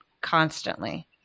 constantly